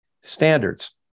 standards